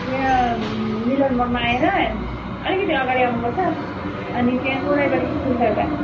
यहाँ मिलनमोडमा आएर अलिकति अगाडि आउनुपर्छ अनि त्यहाँ कोराइबारी स्कुल छ एउटा